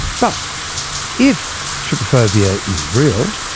but if trypophobia is real,